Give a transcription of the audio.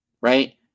right